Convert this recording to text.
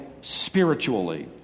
spiritually